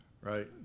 right